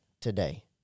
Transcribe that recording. today